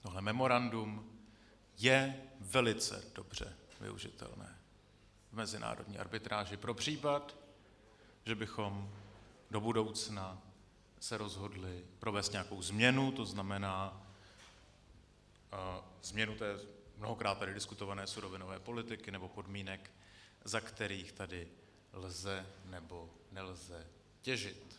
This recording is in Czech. Tohle memorandum je velice dobře využitelné v mezinárodní arbitráži pro případ, že bychom se do budoucna rozhodli provést nějakou změnu, to znamená změnu té mnohokrát tady diskutované surovinové politiky nebo podmínek, za kterých tady lze, nebo nelze těžit.